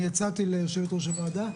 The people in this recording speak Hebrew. הצעתי ליו"ר הוועדה,